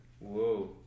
Whoa